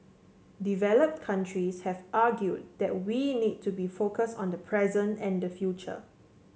developed countries have argued that we need to be focused on the present and the future